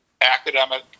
academic